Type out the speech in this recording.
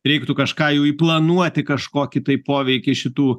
reiktų kažką jau įplanuoti kažkokį tai poveikį šitų